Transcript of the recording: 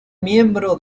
miembro